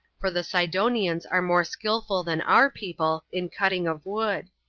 for the sidonians are more skillful than our people in cutting of wood.